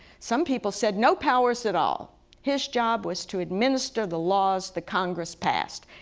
some people said no powers at all his job was to administer the laws the congress passed,